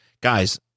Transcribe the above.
guys